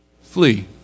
Flee